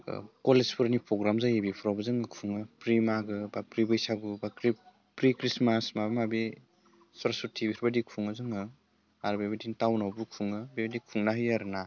कलेजफोरनि programme जायो बेफोरावबो जोङो प्रि मागो बा प्रि बैसागु बा प्रि ख्रिस्टमास माबा माबि सरस्वती इफोरबायदि खुङो जोङो आरो बेबायदिनो टाउनआवबो खुङो बेबायदि खुंनो होयो आरो ना